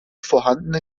vorhandene